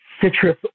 citrus